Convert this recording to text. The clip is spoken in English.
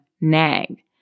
nag